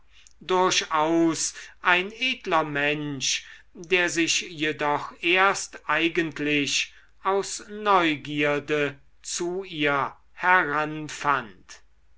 durchaus ein edler mensch der sich jedoch erst eigentlich aus neugierde zu ihr